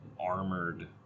armored